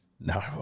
No